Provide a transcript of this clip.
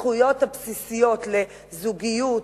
הזכויות הבסיסיות לזוגיות,